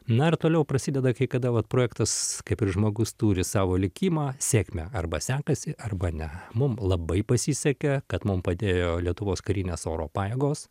na ir toliau prasideda kai kada vat projektas kaip ir žmogus turi savo likimą sėkmę arba sekasi arba ne mum labai pasisekė kad mum padėjo lietuvos karinės oro pajėgos